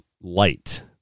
Light